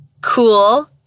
cool